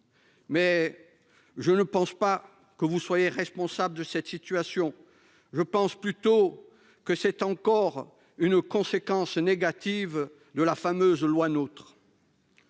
Mais je ne pense pas que vous soyez responsable de cette situation. Je crois plutôt que c'est encore une conséquence négative de la fameuse loi NOTRe.